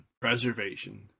preservation